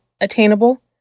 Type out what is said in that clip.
attainable